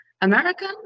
American